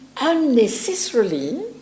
unnecessarily